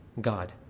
God